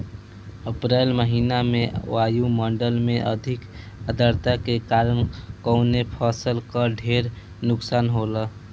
अप्रैल महिना में वायु मंडल में अधिक आद्रता के कारण कवने फसल क ढेर नुकसान होला?